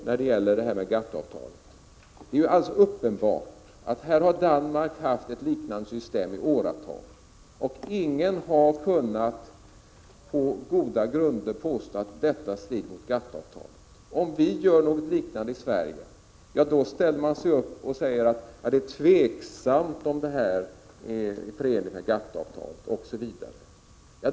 När det gäller GATT-avtalet vill jag säga att Danmark i åratal har haft ett liknande system, och ingen har på goda grunder kunnat påstå att det strider mot GATT-avtalet. Om vi inför något liknande i Sverige, ifrågasätter man om detta är förenligt med GATT-avtalet.